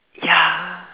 ya